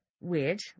weird